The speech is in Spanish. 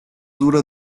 dura